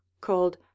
called